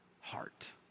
heart